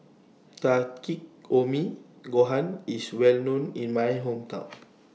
Takikomi Gohan IS Well known in My Hometown